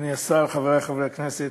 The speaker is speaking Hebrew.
חברי חברי הכנסת,